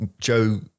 Joe